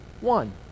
one